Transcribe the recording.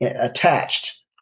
attached